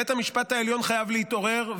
בית המשפט העליון חייב להתעורר,